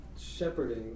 shepherding